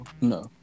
No